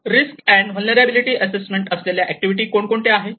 risk and vulnerability assessment असलेल्या activity कोण कोणत्या आहेत